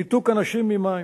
ניתוק אנשים ממים.